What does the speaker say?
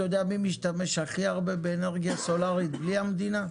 אתה יודע מי משתמש הכי הרבה באנרגיה סולארית בלי המדינה?